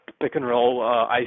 pick-and-roll